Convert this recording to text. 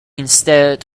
instead